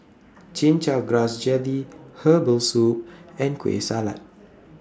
Chin Chow Grass Jelly Herbal Soup and Kueh Salat